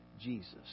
Jesus